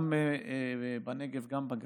גם בנגב וגם בגליל.